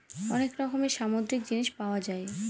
অনেক রকমের সামুদ্রিক জিনিস পাওয়া যায়